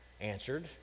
answered